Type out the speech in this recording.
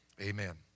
Amen